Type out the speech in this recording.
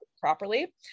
properly